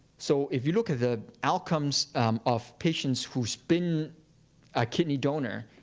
so if you look at the outcomes of patients who's been a kidney donor.